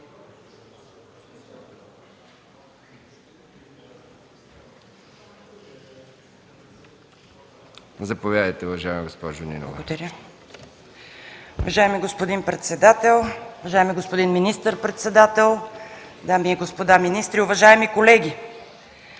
Заповядайте, уважаема госпожо Нинова.